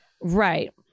Right